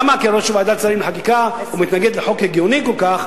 למה כראש ועדת השרים לחקיקה הוא מתנגד לחוק הגיוני כל כך,